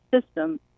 system